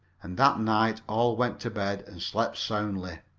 and that night all went to bed and slept soundly.